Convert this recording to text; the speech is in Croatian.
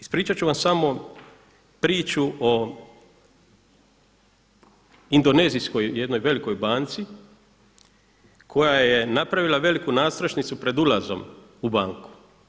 Ispričat ću vam samo priču o indonezijskoj jednoj velikoj banci koja je napravila veliku nadstrešnicu pred ulazom u banku.